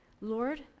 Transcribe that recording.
Lord